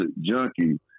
junkie